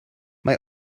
mae